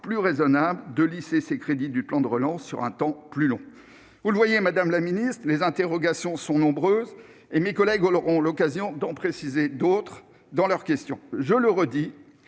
plus raisonnable de lisser les crédits du plan de relance sur un temps plus long ? Vous le voyez, madame la ministre, les interrogations sont nombreuses ; mes collègues auront l'occasion d'en formuler d'autres encore dans leurs questions. Je le redis,